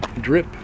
drip